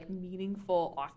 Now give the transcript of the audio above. meaningful